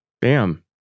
Bam